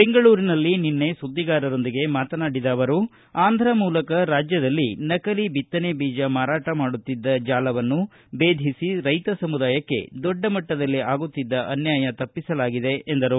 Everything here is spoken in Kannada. ಬೆಂಗಳೂರಿನಲ್ಲಿ ನಿನ್ನೆ ಸುದ್ದಿಗಾರರೊಂದಿಗೆ ಮಾತನಾಡಿದ ಅವರು ಆಂಥ್ರ ಮೂಲಕ ರಾಜ್ಜದಲ್ಲಿ ನಕಲಿ ಬಿತ್ತನೆ ಬೀಜ ಮಾರಾಟ ಮಾಡುತ್ತಿದ್ದ ಜಾಲವನ್ನು ಬೇಧಿಸಿ ರೈತ ಸಮುದಾಯಕ್ಕೆ ದೊಡ್ಡಮಟ್ಟದಲ್ಲಿ ಆಗುತ್ತಿದ್ದ ಅನ್ನಾಯ ತಪ್ಪಿಸಲಾಗಿದೆ ಎಂದರು